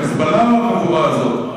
ה"חיזבאללה" או החבורה הזו?